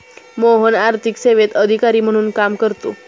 मोहन आर्थिक सेवेत अधिकारी म्हणून काम करतो